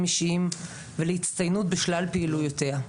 אישיים ולהצטיינות בשלל פעילויותיה.